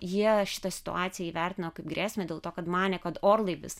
jie šitą situaciją įvertino kaip grėsmę dėl to kad manė kad orlaivis